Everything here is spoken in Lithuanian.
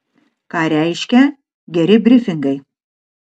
ką reiškia geri brifingai